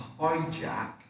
hijack